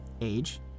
Age